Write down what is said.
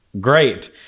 great